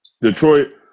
Detroit